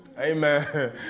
Amen